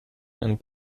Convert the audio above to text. and